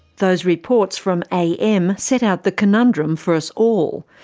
those reports from am set out the conundrum for us all.